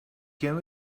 can